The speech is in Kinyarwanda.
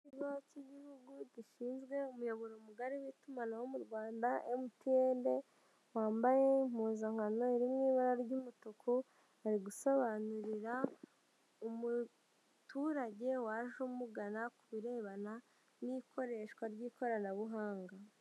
Ikigo k'igihugu gishinzwe umuyoboro mugari w'itumanaho mu Rwanda MTN, wambaye impuzankano iri mu ibara ry'umutuku, ari gusobanurira umuturage waje umugana ku birebana n'ikoreshwa ry'ikoranabuhanga.